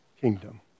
kingdom